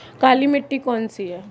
काली मिट्टी कौन सी है?